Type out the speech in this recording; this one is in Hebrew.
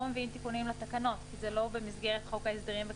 לא מביאים תיקונים לתקנות כי זה לא במסגרת חוק ההסדרים.